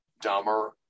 dumber